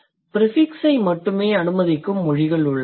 prefix ஐ மட்டுமே அனுமதிக்கும் மொழிகள் உள்ளன